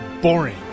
boring